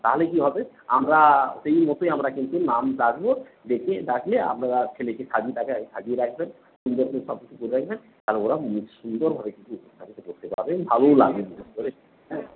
তাহলে কী হবে আমরা সেই মতোই আমরা কিন্তু নাম ডাকবো ডেকে ডাকলে আপনারা ছেলেকে সাজিয়ে তাকে সাজিয়ে রাখবেন সুন্দর মেকআপ একটু করে দেবেন আর ওরা সুন্দরভাবে কিছু উপস্থাপিত করতে পারবে ভালোই লাগবে দেখুন করে হ্যাঁ